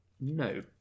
No